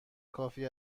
کافی